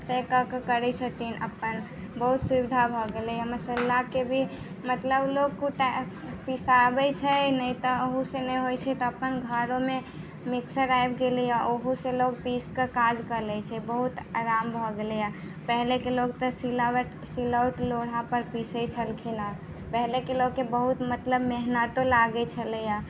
से कऽ कऽ करैत छथिन अपन बहुत सुविधा भऽ गेलैए मसल्लाके भी मतलब लोक कुटा पिसाबैत छै नहि तऽ एहूसँ नहि होइत छै तऽ अपन घरोमे मिक्सर आबि गेलैए उहोसँ लोक पीस कऽ काज कऽ लैत छै बहुत आराम भऽ गेलैए पहिनेके लोक तऽ सिलावट सिलौट लोड़हापर पीसैत छलखिन हेँ पहिनेके लोककेँ बहुत मतलब मेहनतो लागैत छलैए